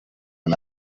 him